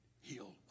heal